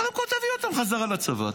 קודם כול תביא אותם חזרה לצבא,